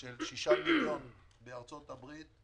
של 6 מיליון בארצות הברית,